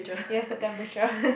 yes the temperature